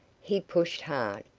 he pushed hard,